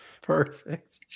Perfect